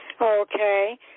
Okay